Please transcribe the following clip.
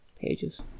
pages